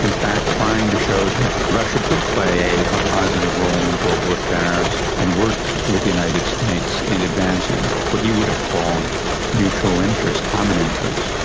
in fact trying to show that russia could play a positive role in global affairs and work with the united states in advancing what he would have called mutual interest, common interest.